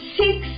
six